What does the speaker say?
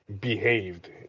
behaved